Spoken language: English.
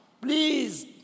Please